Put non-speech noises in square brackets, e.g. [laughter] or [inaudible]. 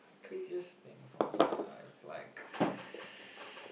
craziest thing for me ah I have like [breath]